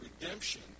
redemption